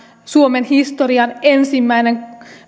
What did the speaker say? suomen historian ensimmäinen